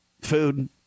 Food